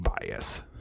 bias